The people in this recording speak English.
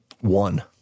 One